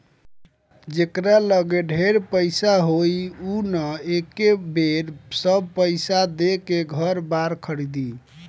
जेकरा लगे ढेर पईसा होई उ न एके बेर सब पईसा देके घर बार खरीदी